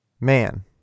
man